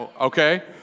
Okay